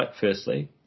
firstly